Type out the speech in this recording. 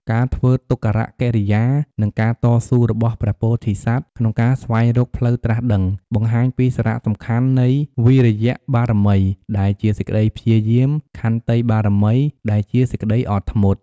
ការធ្វើទុក្ករកិរិយា និងការតស៊ូរបស់ព្រះពោធិសត្វក្នុងការស្វែងរកផ្លូវត្រាស់ដឹង បង្ហាញពីសារៈសំខាន់នៃវីរិយបារមី ដែលជា សេចក្តីព្យាយាម និងខន្តីបារមី ដែលជាសេចក្តីអត់ធ្មត់។